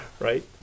Right